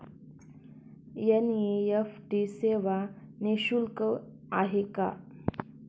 NEFT सेवा निःशुल्क आहे का?